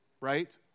Right